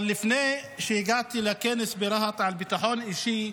אבל לפני שהגעתי לכנס ברהט על ביטחון אישי,